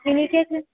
mini cake